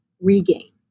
regain